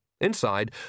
Inside